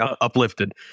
uplifted